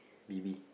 B_B